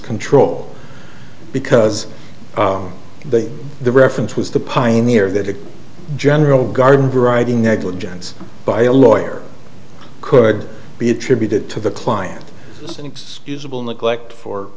control because the the reference was the pioneer that a general garden variety negligence by a lawyer could be attributed to the client and excusable neglect for